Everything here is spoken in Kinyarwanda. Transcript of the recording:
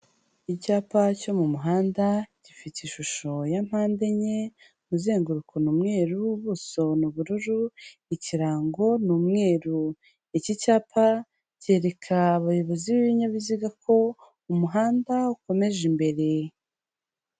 Icyapa cyo mu muhanda, gifite ishusho ya mpande enye, umuzenguruko ni umweru, ubuso ni ubururu, ikirango ni umweru, iki cyapa cyereka abayobozi b'ibinyabiziga ko umuhanda ukomeje imbere.